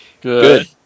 Good